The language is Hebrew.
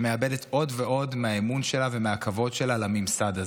שמאבדת עוד ועוד מהאמון שלה ומהכבוד שלה לממסד הזה.